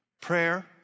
Prayer